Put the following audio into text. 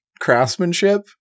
craftsmanship